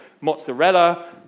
mozzarella